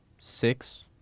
six